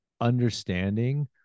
understanding